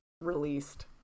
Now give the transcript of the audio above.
released